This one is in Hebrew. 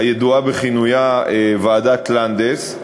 הידועה בכינויה ועדת לנדס,